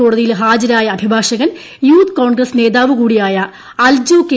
കോടതിയിൽ ഹാജരായ അഭിഭാഷകൻ യൂത്ത് കോൺഗ്രസ്സ് നേതാവുകൂടിയായ അൽജോ കെ